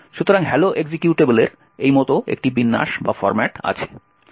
সুতরাং hello এক্সিকিউটেবলের এই মত একটি বিন্যাস আছে